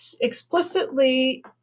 explicitly